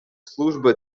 служба